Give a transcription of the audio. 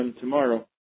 tomorrow